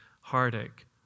heartache